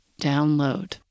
download